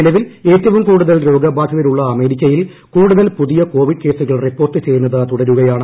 നിലവിൽ ഏറ്റവും കൂടുതൽ രോഗബാധിതരുള്ള അമേരിക്കയിൽ കൂടുതൽ പുതിയ കോവിഡ് കേസുകൾ റിപ്പോർട്ട് ചെയ്യുന്നത് തുടരുകയാണ്